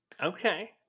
okay